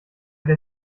der